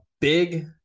big